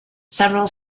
several